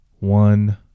one